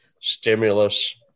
stimulus